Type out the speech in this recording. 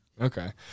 Okay